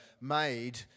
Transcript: made